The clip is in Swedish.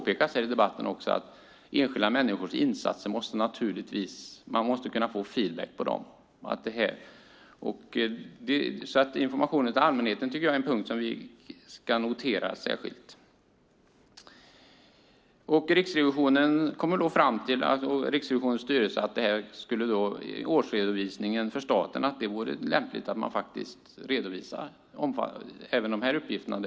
I debatten här har det pekats på att det måste gå att få feedback på enskilda människors insatser. Informationen till allmänheten är alltså en punkt som jag menar särskilt ska noteras. Riksrevisionen och dess styrelse kommer fram till att det vore lämpligt att i årsredovisningen för staten redovisa även sådana här uppgifter.